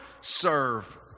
serve